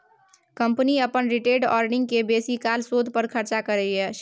company अपन retained earning केँ बेसीकाल शोध पर खरचा करय छै